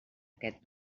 aquest